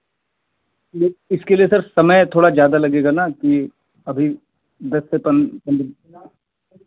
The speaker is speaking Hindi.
जी इसके लिए सर समय थोड़ा ज़्यादा लगेगा ना जी अभी दस से पन् पंद्रह दिन